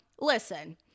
listen